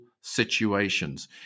situations